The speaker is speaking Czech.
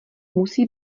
musí